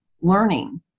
learning